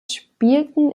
spielten